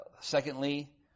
Secondly